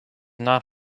not